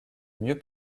mieux